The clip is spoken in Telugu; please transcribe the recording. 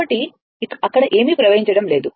కాబట్టి అక్కడ ఏమీ ప్రవహించడం లేదు